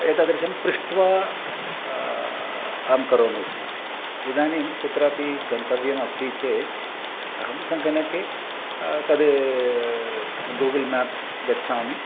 एतादृशं पृष्ट्वा अं करोमि स्म इदानीं कुत्रापि गन्तव्यम् अस्ति चेत् अहं सङ्गणके तद् गूगल् मेप्स् गच्छामि